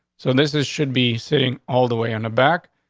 so this is should be sitting all the way in the back.